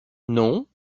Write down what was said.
non